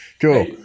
Cool